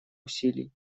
усилий